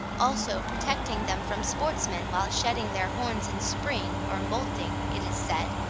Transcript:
also protecting them from sportsmen while shedding their horns in spring, or moulting, it is said,